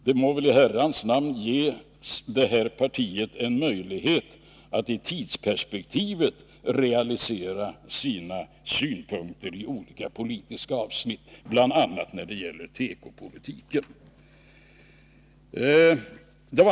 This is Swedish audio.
Det här partiet må väl i Herrans namn ges en möjlighet att i tidsperspektivet realisera sina synpunkter i olika politiska avsnitt, bl.a. när det gäller tekopolitiken.